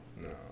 No